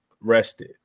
rested